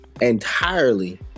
entirely